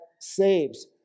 saves